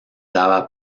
daba